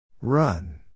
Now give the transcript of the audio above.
Run